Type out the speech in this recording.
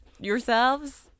yourselves